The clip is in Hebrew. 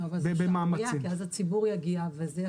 אבל זה --- כי אז הציבור יגיע וזה יהיה